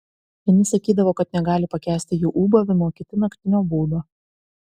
vieni sakydavo kad negali pakęsti jų ūbavimo kiti naktinio būdo